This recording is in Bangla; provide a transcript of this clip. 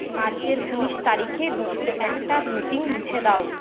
মার্চের উনিশ তারিখে দুপুর একটার মিটিং মুছে দাও